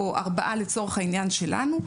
או ארבעה לצורך העניין שלנו,